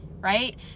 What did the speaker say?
right